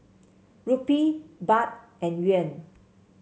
Rupee Baht and Yuan